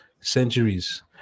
Centuries